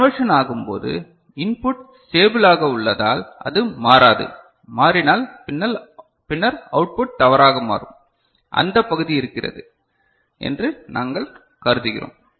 எனவே கன்வெர்ஷன் ஆகும்போது இன்புட் ஸ்டேபிலாக உள்ளதால் அது மாறாது மாறினால் பின்னர் அவுட்புட் தவறாக மாறும் அந்த பகுதி இருக்கிறது என்று நாங்கள் கருதுகிறோம்